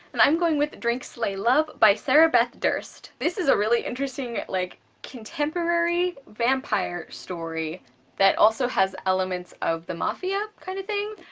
and i'm going with drink slay love by sarah beth durst. this is a really interesting, like, contemporary vampire story that also has elements of the mafia kinda kind of thing?